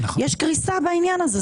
יש קריסה בעניין הזה.